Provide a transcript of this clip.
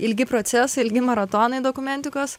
ilgi procesai ilgi maratonai dokumentikos